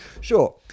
sure